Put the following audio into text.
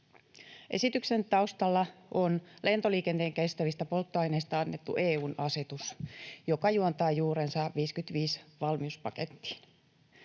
Esityksen taustalla on lentoliikenteen kestävistä polttoaineista annettu EU:n asetus, joka juontaa juurensa 55-valmiuspakettiin.